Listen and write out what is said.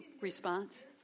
response